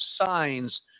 signs